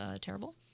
terrible